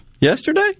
Yesterday